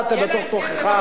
הרי אתה בתוך תוכך,